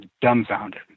dumbfounded